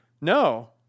no